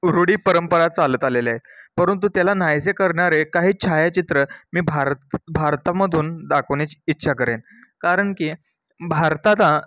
रूढी परंपरा चालत आलेल्या आहेत परंतु त्याला नाहीसे करणारे काही छायाचित्र मी भारत भारतामधून दाखवण्याची इच्छा करेन कारण की भारताला